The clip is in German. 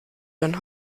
john